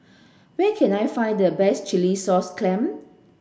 where can I find the best Chilli Sauce Clam